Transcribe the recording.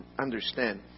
understand